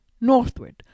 northward